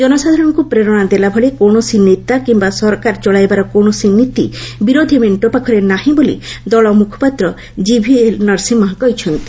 ଜନସାଧାରଣଙ୍କୁ ପ୍ରେରଣା ଦେଲା ଭଳି କୌଣସି ନେତା କିମ୍ବା ସରକାର ଚଳାଇବାର କୌଶସି ନୀତି ବିରୋଧୀ ମେଙ୍କ ପାଖରେ ନାହିଁ ବୋଲି ଦଳ ମୁଖପାତ୍ର ଜିଭିଏଲ୍ ନରସିମ୍ହା କରିଛନ୍ତି